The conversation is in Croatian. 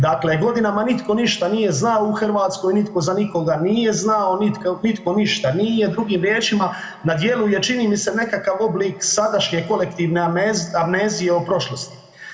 Dakle, godinama nitko ništa nije znao u Hrvatskoj, nitko za nikoga nije znao, nitko ništa nije, drugim riječima na dijelu je čini mi se nekakav oblik sadašnje kolektivne amnezije o prošlosti.